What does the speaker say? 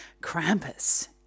Krampus